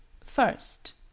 First